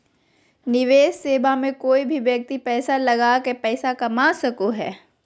निवेश सेवा मे कोय भी व्यक्ति पैसा लगा के पैसा कमा सको हय